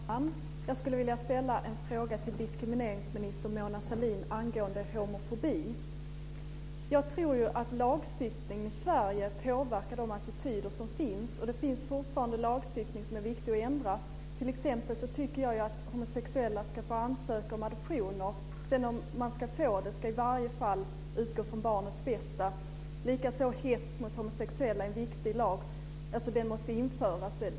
Fru talman! Jag skulle vilja ställa en fråga till diskrimineringsminister Mona Sahlin angående homofobi. Jag tror att lagstiftningen i Sverige påverkar de attityder som finns. Det finns fortfarande lagstiftning som är viktig att ändra. T.ex. tycker jag att homosexuella ska få ansöka om adoptioner. Om de sedan ska få adoptera ska i varje fall utgå från barnets bästa. Likaså måste det införas en lag mot hets mot homosexuella.